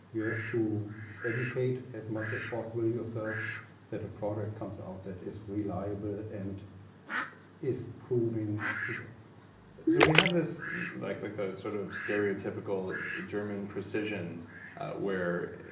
you have to educate as much as possible yourself that a product comes out that is reliable and is proving to work so, we have this like like sort of stereotypical german precision where